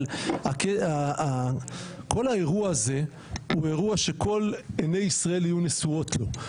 אבל כל האירוע הזה הוא אירוע שכל עיני ישראל יהיו נשואות לו,